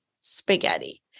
spaghetti